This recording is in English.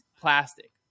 plastic